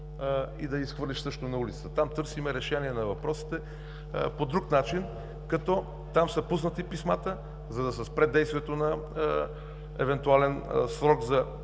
и да я изхвърлиш също на улицата. Там търсим решение на въпросите по друг начин, като там са пуснати писмата, за да се спре действието на евентуален срок за